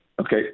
Okay